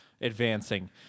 advancing